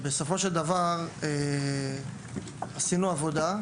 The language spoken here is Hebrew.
בסופו של דבר, עשינו עבודה.